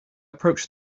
approach